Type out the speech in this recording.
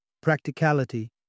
Practicality